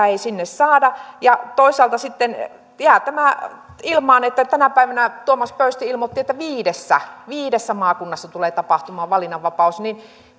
ei sinne saada toisaalta sitten jää ilmaan tämä että tänä päivänä tuomas pöysti ilmoitti että viidessä viidessä maakunnassa tulee tapahtumaan valinnanvapaus